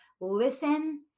listen